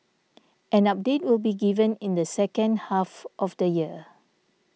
an update will be given in the second half of the year